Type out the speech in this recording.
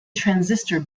transistor